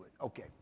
Okay